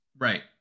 Right